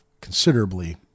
considerably